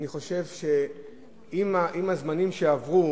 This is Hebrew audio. אני חושב שעם הזמנים שעברו